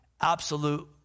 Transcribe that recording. absolute